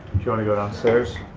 did you wanna go downstairs?